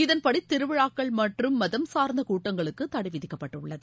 இதன்படி திருவிழாக்கள் மற்றும் மதம் சார்ந்த கூட்டங்களுக்கு தடை விதிக்கப்பட்டுள்ளது